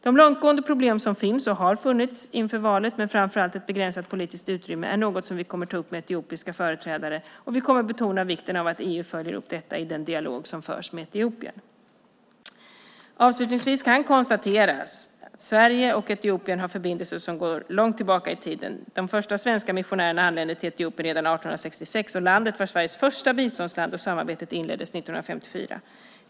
De långtgående problem som finns och som funnits inför valet, med framför allt ett begränsat politiskt utrymme, är något som vi kommer att ta upp med etiopiska företrädare, och vi kommer betona vikten av att EU följer upp detta i den dialog som förs med Etiopien. Avslutningsvis kan konstateras att Sverige och Etiopien har förbindelser som går långt tillbaka i tiden - de första svenska missionärerna anlände till Etiopien redan 1866, och landet var Sveriges första biståndsland då samarbetet inleddes 1954.